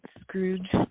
Scrooge